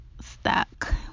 Stuck